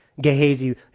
Gehazi